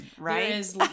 right